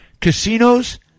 casinos